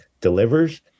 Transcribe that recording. delivers